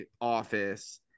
office